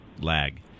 lag